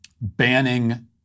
banning